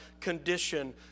condition